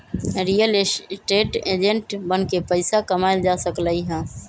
real estate agent बनके पइसा कमाएल जा सकलई ह